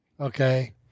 Okay